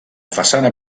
façana